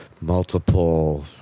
multiple